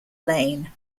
lane